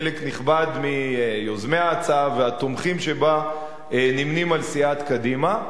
חלק נכבד מיוזמי ההצעה והתומכים בה נמנים עם סיעת קדימה.